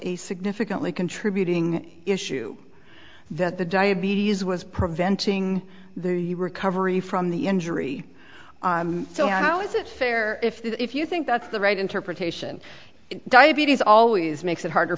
a significantly contributing issue that the diabetes was preventing their your recovery from the injury so how is it fair if you think that's the right interpretation diabetes always makes it harder